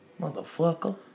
motherfucker